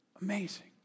Amazing